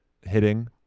hitting